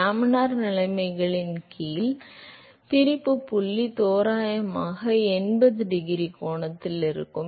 laminar நிலைமைகளின் கீழ் பிரிப்பு புள்ளி தோராயமாக எண்பது டிகிரி கோணத்தில் இருக்கும்